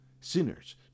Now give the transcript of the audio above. sinners